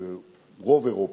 לרוב אירופה.